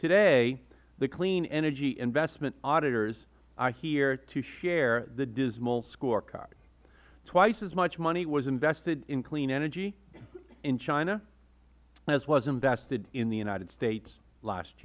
today the clean energy investment auditors are here to share the dismal scorecard twice as much money was invested in clean energy in china as was invested in the united states last